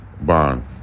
bond